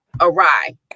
awry